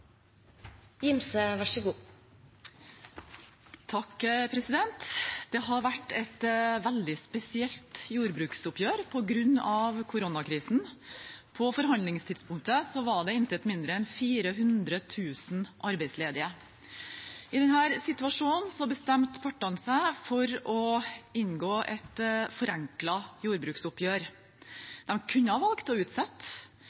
Det har vært et veldig spesielt jordbruksoppgjør på grunn av koronakrisen. På forhandlingstidspunktet var det intet mindre enn 400 000 arbeidsledige. I denne situasjonen bestemte partene seg for å inngå et